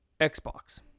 Xbox